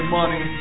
Money